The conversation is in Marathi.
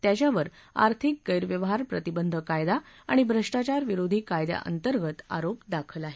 त्याच्यावर आर्थिक गैरव्यवहार प्रतिबंध कायदा आणि भ्रष्टाचारविरोधी कायद्यांतर्गत आरोप दाखल आहेत